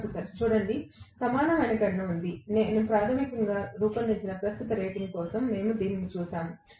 professor చూడండి సమానమైన గణన ఉంది ప్రాథమికంగా నేను రూపొందించిన ప్రస్తుత రేటింగ్ కోసం మేము దీనిని చూస్తాము